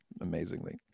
amazingly